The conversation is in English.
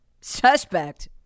suspect